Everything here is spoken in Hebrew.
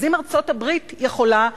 אז אם ארצות-הברית יכולה,